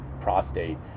prostate